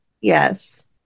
Yes